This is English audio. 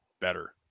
better